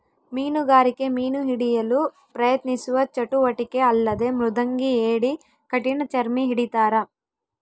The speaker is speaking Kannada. ಮೀನುಗಾರಿಕೆ ಮೀನು ಹಿಡಿಯಲು ಪ್ರಯತ್ನಿಸುವ ಚಟುವಟಿಕೆ ಅಲ್ಲದೆ ಮೃದಂಗಿ ಏಡಿ ಕಠಿಣಚರ್ಮಿ ಹಿಡಿತಾರ